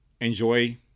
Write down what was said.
enjoy